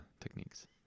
techniques